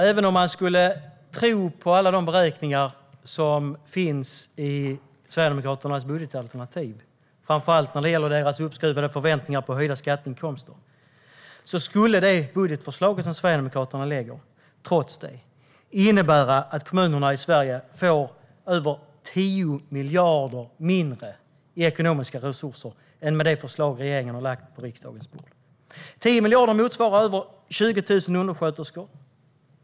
Även om man skulle tro på alla de beräkningar som finns i Sverigedemokraternas budgetalternativ, framför allt deras uppskruvade förväntningar på höjda skatteinkomster, skulle det innebära att kommunerna i Sverige får över 10 miljarder mindre i ekonomiska resurser än med det förslag som regeringen har lagt fram. Dessa 10 miljarder motsvarar över 20 000 undersköterskor.